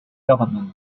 government